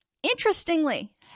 Interestingly